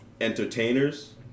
entertainers